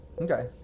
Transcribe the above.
Okay